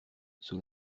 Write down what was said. sous